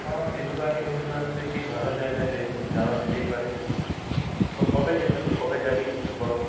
হ্যাঁ সিধু কানু ইউনিভার্সিটি ভালো জায়গা যাওয়া যেতেই পারে তো কবে যেতে কবে যাবি বল